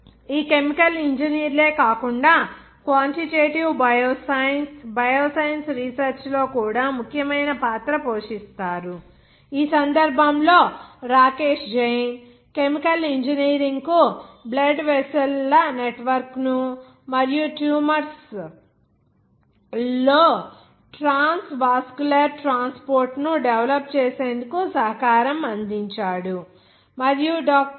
ఈ chemical engineer లే కాకుండా quantitative bioscience bio science research లో కూడా ముఖ్యమైన పాత్ర పోషిస్తారు ఈ సందర్భంలో రాకేష్ జైన్ కెమికల్ ఇంజనీరింగ్కు బ్లడ్ వెస్సెల్ ల నెట్వర్క్ను మరియు ట్యూమర్స్ ల్లో ట్రాన్స్వాస్కులర్ ట్రాన్స్పోర్ట్ను డెవలప్ చేసేందుకు సహకారం అందించాడు మరియు డాక్టర్ ఎ